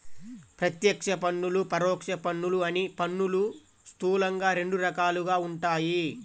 ప్రత్యక్ష పన్నులు, పరోక్ష పన్నులు అని పన్నులు స్థూలంగా రెండు రకాలుగా ఉంటాయి